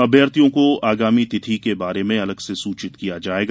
अभ्यार्थियों को आगामी तिथि के बारे में अलग से सूचित किया जायेगा